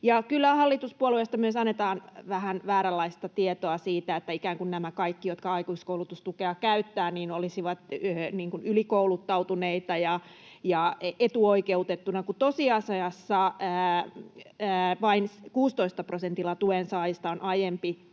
hallituspuolueista myös annetaan vähän vääränlaista tietoa siitä, että ikään kuin nämä kaikki, jotka aikuiskoulutustukea käyttävät, olisivat ylikouluttautuneita ja etuoikeutettuja, kun tosiasiassa vain 16 prosentilla tuensaajista on aiempi